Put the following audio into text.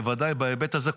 בוודאי בהיבט הזה,